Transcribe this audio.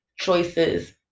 choices